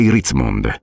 Ritzmond